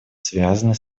связаны